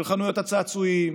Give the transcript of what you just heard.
של חנויות הצעצועים,